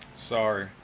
Sorry